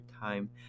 time